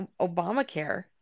Obamacare